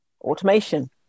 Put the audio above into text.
Automation